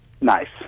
Nice